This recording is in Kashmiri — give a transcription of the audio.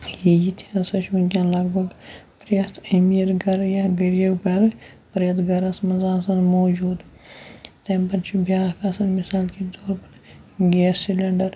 ییٚتہِ تہِ ہَسا چھُ وٕنکیٚن لَگ بگ پرٛٮ۪تھ أمیٖر گَرٕ یا غریٖب گَرٕ پرٛٮ۪تھ گَرَس منٛز آسان موجوٗد تَمہِ پَتہٕ چھِ بیٛاکھ آسان مِثال کے طور پَر گیس سِلینڈَر